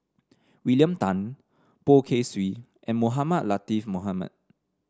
William Tan Poh Kay Swee and Mohamed Latiff Mohamed